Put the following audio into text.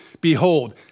Behold